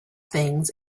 things